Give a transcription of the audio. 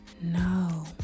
no